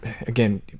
again